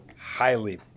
highly